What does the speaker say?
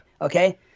Okay